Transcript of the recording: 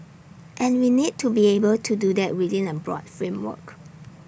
and we need to be able to do that within A broad framework